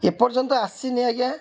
ଏପର୍ଯ୍ୟନ୍ତ ଆସିନି ଆଜ୍ଞା